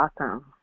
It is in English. awesome